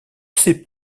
sait